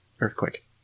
Earthquake